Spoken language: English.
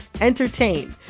entertain